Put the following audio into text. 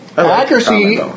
accuracy